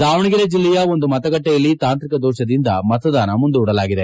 ದಾವಣಗೆರೆ ಜಿಲ್ಲೆಯ ಒಂದು ಮತಗಟ್ಟೆಯಲ್ಲಿ ತಾಂತ್ರಿಕ ದೋಷದಿಂದಾಗಿ ಮತದಾನ ಮುಂದೂಡಲಾಗಿದೆ